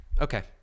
okay